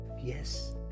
Yes